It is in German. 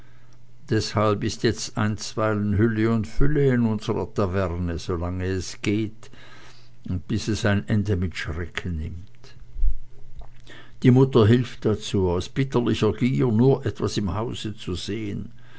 deshalb ist jetzt einstweilen hülle und fülle in unserer taverne solang es geht und bis es ein ende mit schrecken nimmt die mutter hilft dazu aus bitterlicher gier nur etwas im hause zu sehen